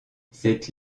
cette